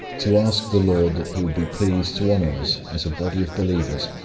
to ask the lord that he would be pleased to honour us, as a body of believers,